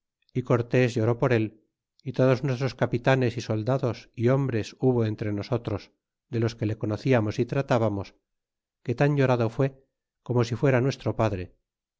y cortés lloró por él y todos nuestros capitanes y soldados é hombres hubo entre nosotros de los que le conociamos y tratábamos que tan llorado fué como si fuera nuestro padre